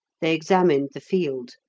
they examined the field.